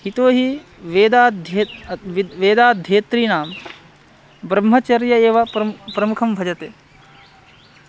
यतोहि वेदाध्ये विद् वेदाध्येतॄणां ब्रह्मचर्यम् एव प्रं प्रमुखं भजते